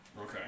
Okay